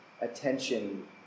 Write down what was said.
attention